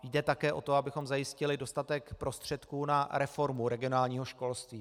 Jde také o to, abychom zajistili dostatek prostředků na reformu regionálního školství.